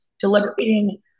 deliberating